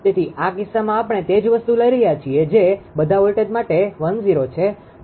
તેથી આ કિસ્સામાં આપણે તે જ વસ્તુ લઈ રહ્યા છીએ જે બધા વોલ્ટેજ માટે 1∠0 છે